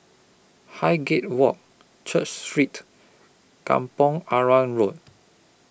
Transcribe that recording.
Highgate Walk Church Street Kampong Arang Road